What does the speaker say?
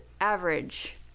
average